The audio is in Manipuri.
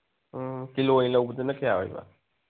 ꯎꯝ ꯀꯤꯂꯣ ꯑꯣꯏ ꯂꯧꯕꯗꯅ ꯀꯌꯥ ꯑꯣꯏꯕ